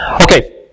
Okay